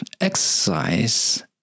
exercise